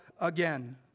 again